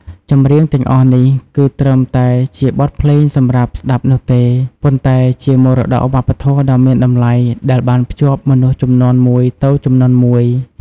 ចម្រៀងទាំងអស់នេះ គឺត្រឹមតែជាបទភ្លេងសម្រាប់ស្តាប់នោះទេ ប៉ុន្តែជាមរតកវប្បធម៌ដ៏មានតម្លៃដែលបានភ្ជាប់មនុស្សជំនាន់មួយទៅជំនាន់មួយ។